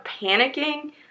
panicking